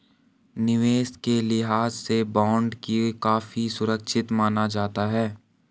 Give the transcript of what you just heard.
निवेश के लिहाज से बॉन्ड को काफी सुरक्षित माना जाता है